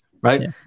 right